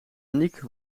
anniek